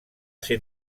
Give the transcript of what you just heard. ser